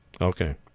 Okay